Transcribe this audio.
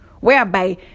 whereby